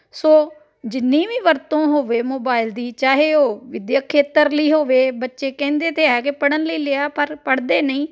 ਸੋ ਜਿੰਨੀ ਵੀ ਵਰਤੋਂ ਹੋਵੇ ਮੋਬਾਇਲ ਦੀ ਚਾਹੇ ਉਹ ਵਿੱਦਿਅਕ ਖੇਤਰ ਲਈ ਹੋਵੇ ਬੱਚੇ ਕਹਿੰਦੇ ਤਾਂ ਹੈਗੇ ਪੜ੍ਹਨ ਲਈ ਲਿਆ ਪਰ ਪੜ੍ਹਦੇ ਨਹੀਂ